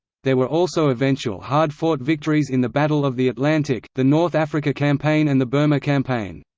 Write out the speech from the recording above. there were also eventual hard-fought victories in the battle of the atlantic, the north africa campaign and the burma campaign.